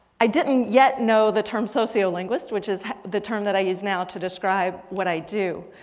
i didn't yet know the term socio linguist which is the term that i use now to describe what i do.